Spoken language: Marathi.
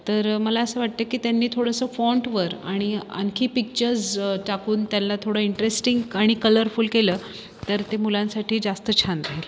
तर मला असं वाटतं की त्यांनी थोडंसं फॉन्टवर आणि आणखी पिक्चर्ज टाकून त्याला थोडं इंट्रेस्टिंग आणि कलरफुल केलं तर ते मुलांसाठी जास्त छान राहील